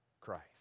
Christ